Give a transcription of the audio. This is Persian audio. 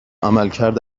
عملکرد